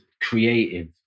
creative